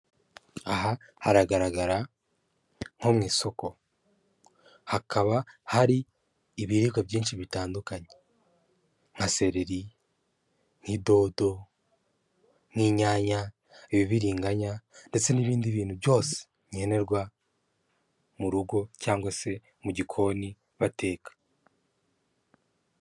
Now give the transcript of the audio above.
Aha haragaragara nko mu isoko hakaba hari ibiribwa byinshi bitandukanye nka seleri, nk'idodo, nk'inyanya, ibibiriganya, ndetse n'ibindi bintu byose nkenerwa mu rugo cyangwa se mu gikoni bateka.